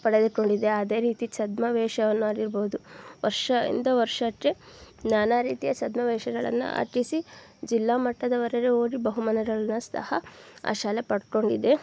ಪಡೆದುಕೊಂಡಿದೆ ಅದೇ ರೀತಿ ಛದ್ಮವೇಷವನ್ನಾಗಿರ್ಬೋದು ವರ್ಷದಿಂದ ವರ್ಷಕ್ಕೆ ನಾನಾ ರೀತಿಯ ಛದ್ಮವೇಷಗಳನ್ನು ಹಾಕಿಸಿ ಜಿಲ್ಲಾ ಮಟ್ಟದವರೆಗೆ ಹೋಗಿ ಬಹುಮಾನಗಳನ್ನ ಸಹ ಆ ಶಾಲೆ ಪಡ್ಕೊಂಡಿದೆ